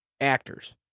actors